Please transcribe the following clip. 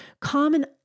common